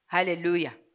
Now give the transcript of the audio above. Hallelujah